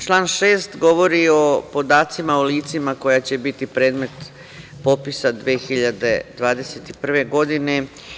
Član 6. govori o podacima o licima koja će biti predmet popisa 2021. godine.